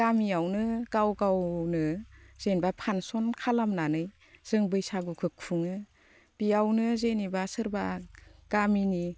गामियावनो गाव गावनो जेनेबा फांस'न खालामनानै जों बैसागुखौ खुङो बेयावनो जेनेबा सोरबा गामिनि